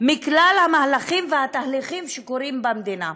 מכלל המהלכים והתהליכים שקורים במדינה.